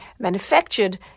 manufactured